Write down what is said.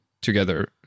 together